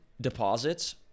deposits